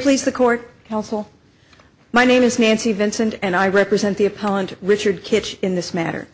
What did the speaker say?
please the court counsel my name is nancy vincent and i represent the opponent richard kitch in this matter